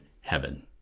heaven